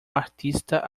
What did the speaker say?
artista